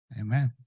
Amen